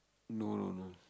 no no no